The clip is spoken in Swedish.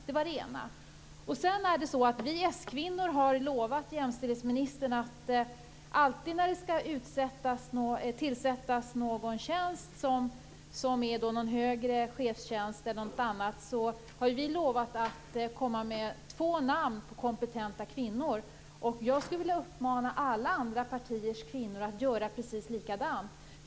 Sedan har vi s-kvinnor lovat jämställdhetsministern att alltid när någon högre chefstjänst skall tillsättas komma med två namn på kompetenta kvinnor. Jag skulle vilja uppmana alla andra partiers kvinnor att göra precis likadant.